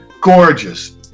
gorgeous